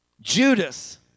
Judas